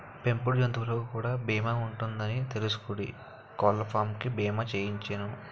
పెంపుడు జంతువులకు కూడా బీమా ఉంటదని తెలుసుకుని కోళ్ళపాం కి బీమా చేయించిసేను